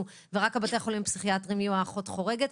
ורק בתי החולים הפסיכיאטריים יהיו האחות החורגת,